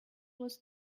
was